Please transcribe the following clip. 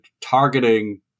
targeting